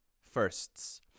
firsts